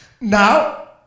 Now